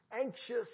anxious